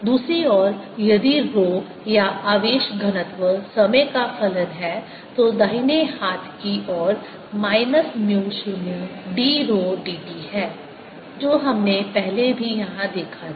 दूसरी ओर यदि रो या आवेश घनत्व समय का फलन है तो दाहिने हाथ की ओर minus mu 0 d rho dt है जो हमने पहले भी यहां देखा था